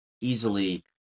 easily